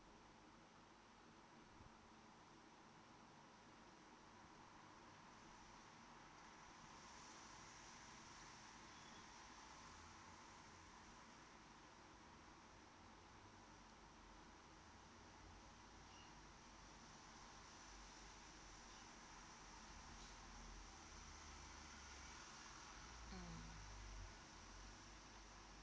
mm